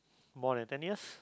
more than ten years